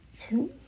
Two